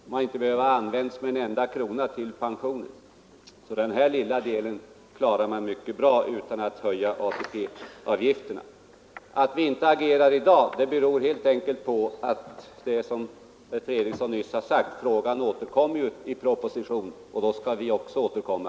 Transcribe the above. Man har inte behövt använda en enda krona därav till pensioner. Att vi inte agerar i dag beror helt enkelt på att frågan, som herr Fredriksson nyss har nämnt, återkommer i proposition. Och då skall vi också återkomma.